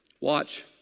Watch